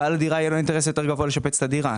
לבעל הדירה יהיה אינטרס יותר גבוה לשפץ את הדירה.